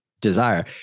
desire